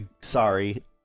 Sorry